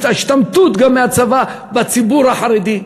גם את ההשתמטות מהצבא בציבור החרדי,